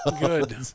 good